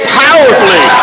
powerfully